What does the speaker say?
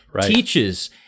teaches